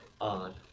on